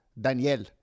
Daniel